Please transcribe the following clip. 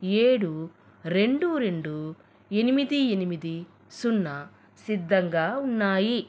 ఏడు రెండు రెండు ఎనిమిది ఎనిమిది సున్నా సిద్ధంగా ఉన్నాయి